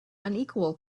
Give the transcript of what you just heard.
unequal